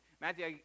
Matthew